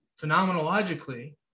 phenomenologically